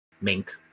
mink